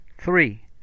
Three